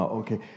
Okay